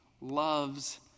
loves